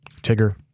Tigger